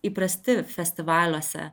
įprasti festivaliuose